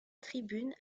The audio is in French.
tribune